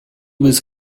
was